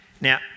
Now